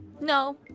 No